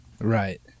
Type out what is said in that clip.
Right